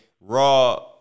Raw